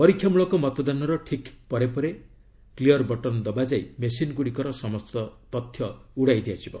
ପରୀକ୍ଷାମୂଳକ ମତଦାନର ଠିକ୍ ପରେ ପରେ କ୍ଲିୟର୍ ବଟନ୍ ଦବାଯାଇ ମେସିନଗୁଡ଼ିକର ସମସ୍ତ ତଥ୍ୟ ଉଡ଼ାଇ ଦିଆଯିବ